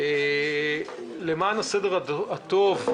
למען הסדר הטוב,